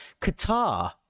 Qatar